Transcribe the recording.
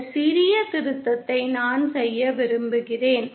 இந்த சிறிய திருத்தத்தை நான் செய்ய விரும்புகிறேன்